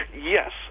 Yes